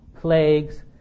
plagues